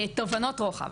תובנות רוחב.